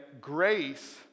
Grace